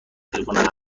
تلفن